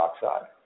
dioxide